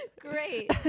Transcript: Great